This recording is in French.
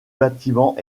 bâtiment